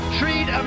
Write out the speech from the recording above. treat